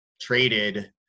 traded